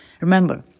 Remember